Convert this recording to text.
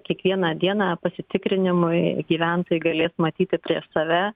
kiekvieną dieną pasitikrinimui gyventojai galės matyti prieš save